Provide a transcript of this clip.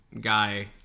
guy